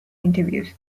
interviews